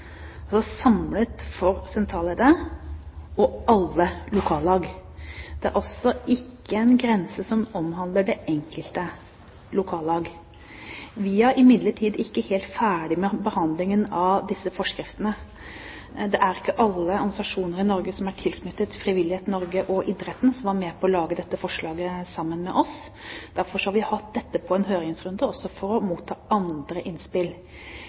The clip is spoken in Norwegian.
altså samlet for sentralleddet og alle lokallag. Det er altså ikke en grense som gjelder det enkelte lokallag. Vi er imidlertid ikke helt ferdig med behandlingen av disse forskriftene. Det er ikke alle organisasjoner i Norge som er tilknyttet Frivillighet Norge og Norges idrettsforbund, som var med på å lage dette forslaget sammen med oss. Derfor har vi hatt dette på en høringsrunde, også for å motta andre innspill.